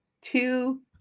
two